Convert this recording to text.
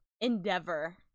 endeavor